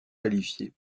qualifiées